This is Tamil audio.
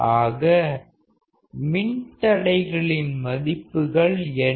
ஆக மின்தடைகளின் மதிப்புகள் என்ன